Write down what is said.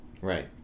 Right